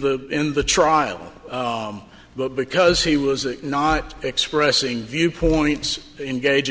the in the trial but because he was not expressing viewpoints engaging